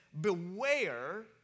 Beware